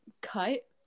cut